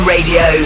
Radio